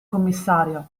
commissario